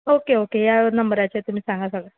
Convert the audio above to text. okay okay ह्या नंबराचेर तुमी सांगा सगळें